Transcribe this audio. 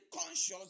conscious